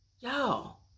y'all